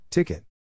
Ticket